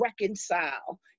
reconcile